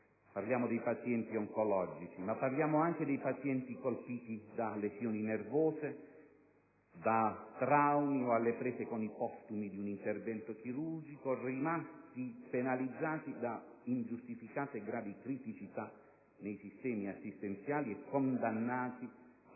Parliamo dei pazienti oncologici, ma anche di pazienti colpiti da lesioni nervose, da traumi o alle prese con i postumi di un intervento chirurgico, rimasti penalizzati da ingiustificate e gravi criticità nei sistemi assistenziali e condannati a